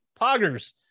Poggers